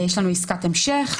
יש לנו עסקת המשך,